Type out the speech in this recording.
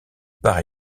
part